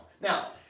Now